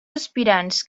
aspirants